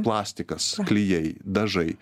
plastikas klijai dažai